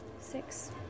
Six